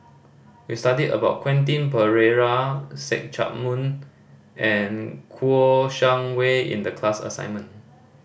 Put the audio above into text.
we study about Quentin Pereira See Chak Mun and Kouo Shang Wei in the class assignment